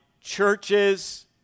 churches